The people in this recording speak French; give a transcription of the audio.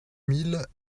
mille